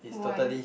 why